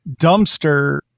Dumpster